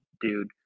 dude